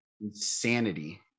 insanity